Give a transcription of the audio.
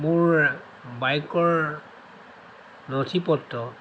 মোৰ বাইকৰ নথি পত্ৰ